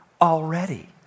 already